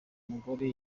mugore